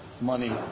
money